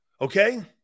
Okay